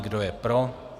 Kdo je pro?